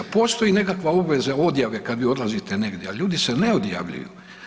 Postoji nekakva obveza odjave kada vi odlazite negdje, ali ljudi se ne odjavljuju.